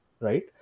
right